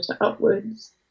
upwards